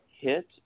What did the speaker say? hit